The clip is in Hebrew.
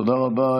תודה רבה.